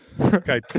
Okay